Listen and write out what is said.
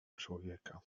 człowieka